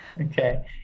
Okay